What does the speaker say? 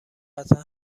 قطعا